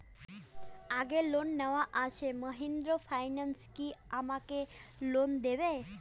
আগের লোন নেওয়া আছে মাহিন্দ্রা ফাইন্যান্স কি আমাকে লোন দেবে?